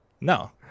No